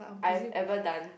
I have ever done